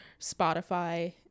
spotify